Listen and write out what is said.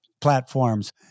platforms